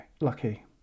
lucky